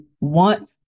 want